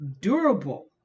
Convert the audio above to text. Durable